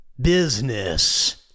business